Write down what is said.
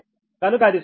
కనుక అది 0